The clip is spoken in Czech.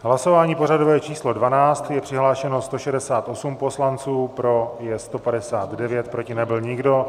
V hlasování pořadové číslo 12 je přihlášeno 168 poslanců, pro je 159, proti nebyl nikdo.